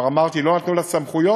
כבר אמרתי, לא נתנו לה סמכויות